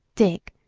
dick,